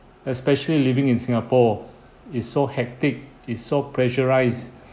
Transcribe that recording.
especially living in singapore it's so hectic it's so pressurized